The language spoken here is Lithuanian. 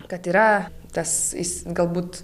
kad yra tas jis galbūt